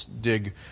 dig